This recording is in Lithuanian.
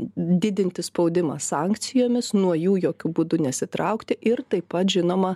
didinti spaudimą sankcijomis nuo jų jokiu būdu nesitraukti ir taip pat žinoma